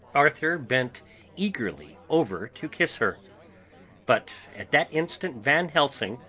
arthur bent eagerly over to kiss her but at that instant van helsing,